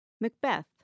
Macbeth